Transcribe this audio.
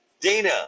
Dana